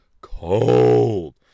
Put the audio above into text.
Cold